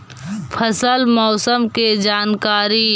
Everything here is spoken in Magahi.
फसल मौसम के जानकारी?